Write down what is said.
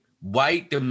white